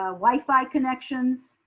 ah wifi connections.